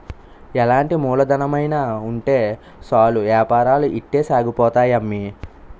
ఎలాంటి మూలధనమైన ఉంటే సాలు ఏపారాలు ఇట్టే సాగిపోతాయి అమ్మి